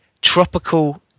tropical